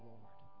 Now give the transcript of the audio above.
Lord